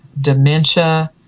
dementia